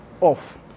off